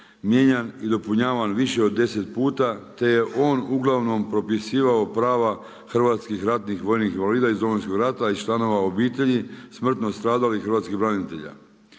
mijenjan i dopunjavan više od 10 puta te je on uglavnom propisivao prava hrvatskih ratnih vojnih invalida iz Domovinskog rata i članova obitelji, smrtno stradalih hrvatskih branitelja.